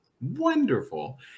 Wonderful